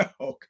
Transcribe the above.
okay